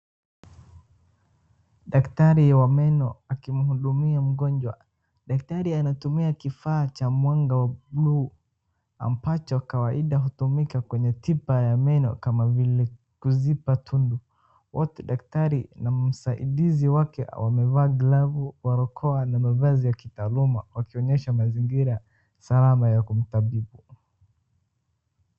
Daktari wa meno akimhudumia mgonjwa. Daktari anatumia kifaa cha mwanga wa blue ambacho kawaida hutumika kwenye tiba ya meno kama vile kuziba tundu. Wote daktari na msaidizi wake wamevaa glavu, barokoa na mavazi ya kitaaluma wakionyesha mazingira salama ya kumtabibu.